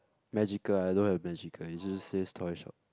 magical I don't have magical it just says toy shop